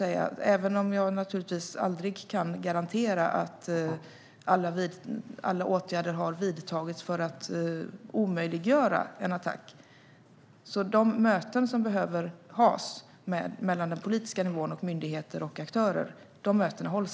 Även om jag naturligtvis aldrig kan garantera att alla åtgärder har vidtagits för att omöjliggöra en attack, vågar jag nog säga att de möten som behöver ske mellan den politiska nivån, myndigheter och aktörer redan hålls.